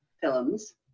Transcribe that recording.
films